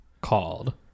Called